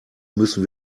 müssen